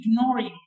ignoring